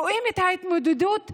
רואים את ההתמודדות שלהם,